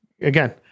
Again